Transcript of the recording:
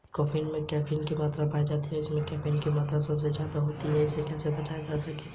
मुद्री संसाधनों से, भारत में अनुमानित चार दशमलव एकतालिश मिलियन टन मात्स्यिकी क्षमता है